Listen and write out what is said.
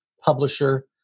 publisher